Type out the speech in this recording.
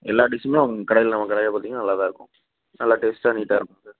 எல்லா டிஷ்ஷுமே உங் கடையில் நம்ம கடையில் பார்த்தீங்கன்னா நல்லா தான் இருக்கும் நல்லா டேஸ்ட்டாக நீட்டாக இருக்கும் சார்